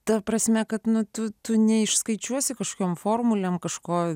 ta prasme kad nu tu tu neišskaičiuosi kažkam formulėm kažko